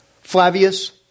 Flavius